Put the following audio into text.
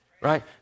Right